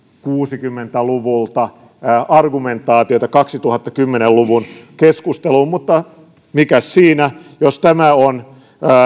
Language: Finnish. kuusikymmentä luvulta argumentaatiota kaksituhattakymmenen luvun keskusteluun mutta mikäs siinä jos tämä on